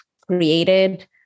created